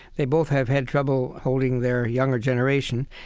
they both have had trouble holding their younger generation.